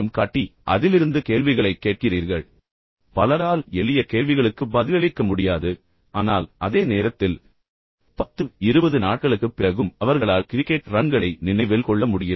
அதன் முடிவில் நீங்கள் கல்வி வீடியோவிலிருந்து கேள்விகளைக் கேட்கிறீர்கள் பலரால் மிகவும் அற்பமான எளிய கேள்விகளுக்கு பதிலளிக்க முடியாது ஆனால் அதே நேரத்தில் நீங்கள் அவர்களிடம் கேட்கும்போது 10 நாட்கள் அல்லது 20 நாட்களுக்குப் பிறகும் அவர்களால் கிரிக்கெட் ரன்களை நினைவில் கொள்ள முடிகிறது